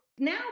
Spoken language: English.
Now